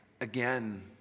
again